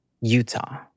Utah